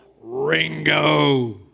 Ringo